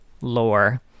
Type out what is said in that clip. lore